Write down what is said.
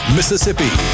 Mississippi